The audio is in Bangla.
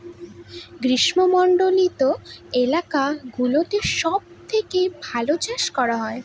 গ্রীষ্মমন্ডলীত এলাকা গুলোতে সব থেকে ভালো চাষ করা হয়